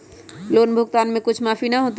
Loan भुगतान में कुछ माफी न होतई?